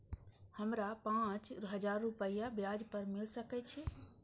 हमरा पाँच हजार रुपया ब्याज पर मिल सके छे?